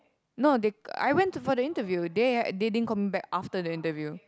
no they I went to for the interview they they didn't call me back after the interview